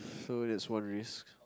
so that's one risk